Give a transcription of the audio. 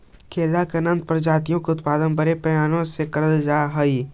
केला की उन्नत प्रजातियों का उत्पादन बड़े पैमाने पर करल जा हई